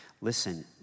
listen